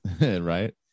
Right